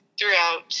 Throughout